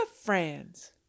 friends